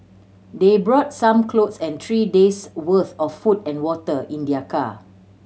they brought some clothes and three day's worth of food and water in their car